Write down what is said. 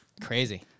Crazy